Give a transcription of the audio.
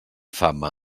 fama